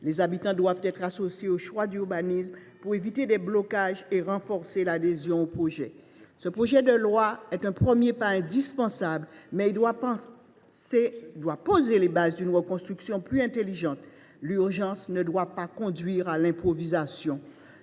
Les habitants doivent être associés aux choix d’urbanisme pour éviter des blocages et renforcer l’adhésion aux projets. Ce texte est un premier pas indispensable, mais il doit poser les bases d’une reconstruction plus intelligente. L’urgence ne doit pas conduire à l’improvisation.